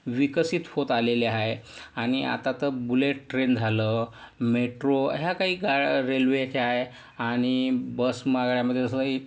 विकसित होत आलेल्या आहे आणि आता तर बुलेट ट्रेन झालं मेट्रो ह्या काही गा रेल्वेच्या आहे आणि बस जसं काही